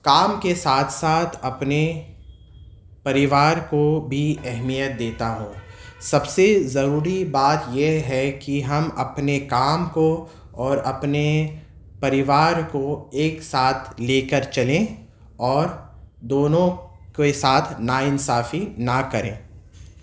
کام کے ساتھ ساتھ اپنے پریوار کو بھی اہمیت دیتا ہوں سب سے ضروری بات یہ ہے کہ ہم اپنے کام کو اور اپنے پریوار کو ایک ساتھ لے کر چلیں اور دونوں کے ساتھ ناانصافی نہ کریں